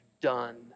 done